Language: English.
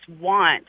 want